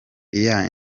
year